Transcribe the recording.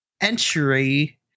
entry